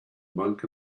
monk